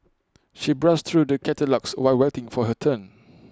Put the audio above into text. she browsed through the catalogues while waiting for her turn